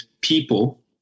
people